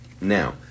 Now